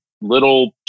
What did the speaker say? little